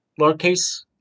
Lowercase